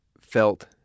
felt